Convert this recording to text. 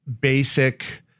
basic